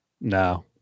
No